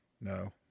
No